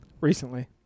Recently